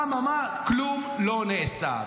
אממה, כלום לא נעשה.